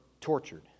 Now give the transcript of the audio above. tortured